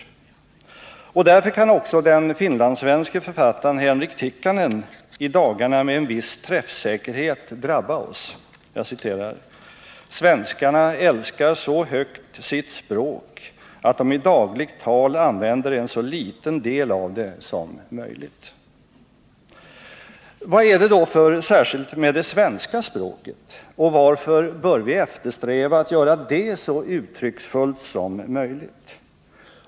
Och därför kan också den finlandssvenske författaren Henrik Tikkanen i dagarna med en viss träffsäkerhet kritisera oss: ”Svenskarna älskar sitt språk så högt att de i dagligt tal använder en så liten del av det som möjligt.” Vad är det då för särskilt med det svenska språket, och varför bör vi eftersträva att göra det så uttrycksfullt som möjligt?